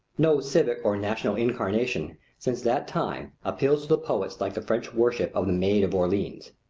no civic or national incarnation since that time appeals to the poets like the french worship of the maid of orleans.